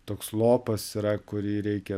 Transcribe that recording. toks lopas yra kurį reikia